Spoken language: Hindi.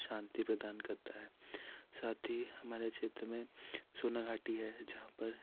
शांति प्रदान करता है साथ ही हमारे क्षेत्र में सोना घाटी है जहाँ पर